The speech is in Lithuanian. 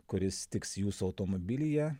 kuris tiks jūsų automobilyje